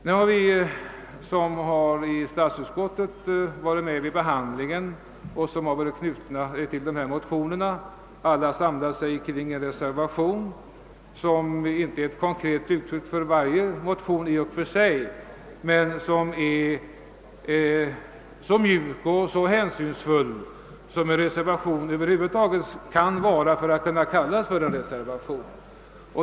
De motionärer och liktänkande som har varit med vid behandlingen i statsutskottet har nu alla samlat sig kring en reservation, som inte är ett konkret uttryck för varje motion i och för sig men som är så mjuk och hänsynsfull som en reservation kan vara för att kunna kallas reservation.